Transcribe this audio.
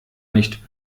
nicht